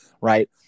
Right